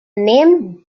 name